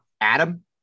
Adam